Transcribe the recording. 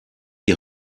die